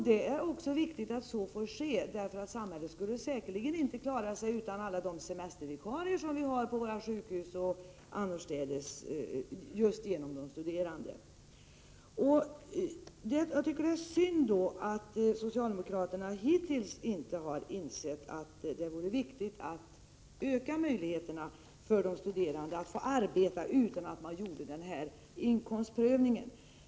Det är också viktigt att så sker, för samhället skulle säkerligen inte klara sig utan alla de semestervikarier som vi har på våra sjukhus och annorstädes just tack vare de studerande. Jag tycker att det är synd att socialdemokraterna hittills inte har insett att det är viktigt att öka möjligheterna för de studerande att få arbeta utan att det görs någon inkomstprövning.